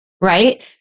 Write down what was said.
right